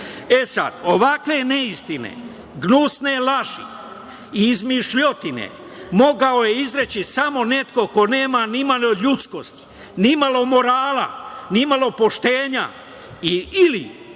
ovakve neistine, gnusne laži i izmišljotine mogao je izreći samo neko ko nema nimalo ljudskosti, nimalo morala, nimalo poštovanja ili